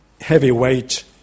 heavyweight